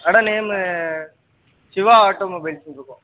கடை நேமு சிவா ஆட்டோமொபைல்ஸ்னு இருக்கும்